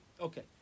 Okay